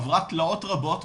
עברה תלאות רבות,